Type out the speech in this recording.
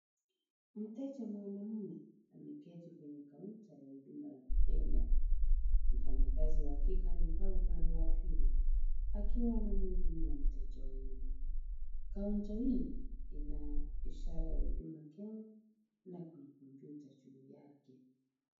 Mteja mwanaume ameketi kwenye kaunta ya huduma ya Kenya. Mfanyakazi wa kike amekaa upande wa pili akiwa anamhudumia mteja huyu. Kaunta hii ina ishara ya Huduma Kenya na kuna kompyuta juu yake.